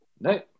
No